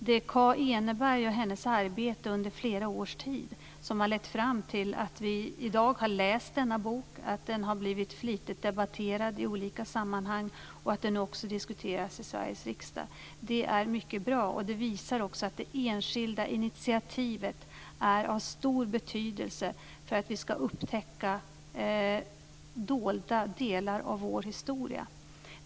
Det är Kaa Eneberg och hennes arbete under flera års tid som har lett fram till att vi i dag har läst denna bok och att den i olika sammanhang har blivit flitigt debatterad liksom till att den också diskuteras i Sveriges riksdag. Detta är mycket bra. Det visar också att det enskilda initiativet är av stor betydelse för att vi ska upptäcka dolda delar av vår historia.